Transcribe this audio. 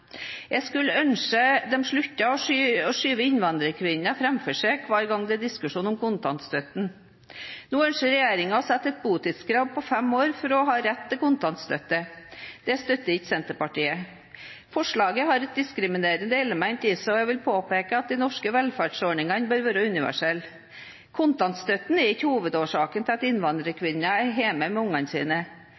Jeg skulle ønske de sluttet å skyve innvandrerkvinner foran seg hver gang det er diskusjon om kontantstøtten. Nå ønsker regjeringen å sette et botidskrav på fem år for å ha rett til kontantstøtte. Det støtter Senterpartiet ikke. Forslaget har et diskriminerende element i seg, og jeg vil påpeke at de norske velferdsordningene bør være universelle. Kontantstøtten er ikke hovedårsaken til at innvandrerkvinner er hjemme med ungene sine.